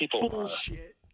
bullshit